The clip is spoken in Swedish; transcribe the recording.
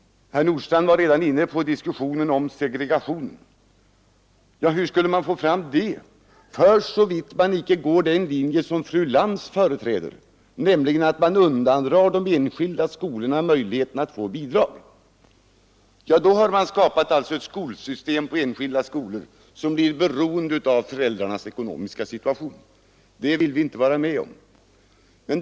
Herr Nordstrandh har redan varit inne på talet om segregation. Ja, hur skall man få fram en sådan för så vitt man icke följer den linje som fru Lantz företräder, nämligen att undandra de enskilda skolorna möjlighet att erhålla bidrag? Då har man skapat ett system med enskilda skolor som blir beroende av föräldrarnas ekonomiska situation. Det vill vi inte vara med om.